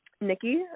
Nikki